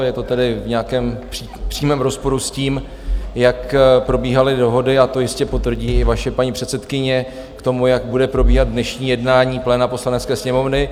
Je to tedy v nějakém přímém rozporu s tím, jak probíhaly dohody a to jistě potvrdí i vaše paní předsedkyně k tomu, jak bude probíhat dnešní jednání pléna Poslanecké sněmovny.